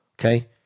okay